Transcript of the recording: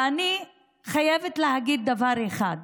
ואני חייבת להגיד דבר אחד: